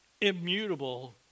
immutable